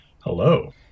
Hello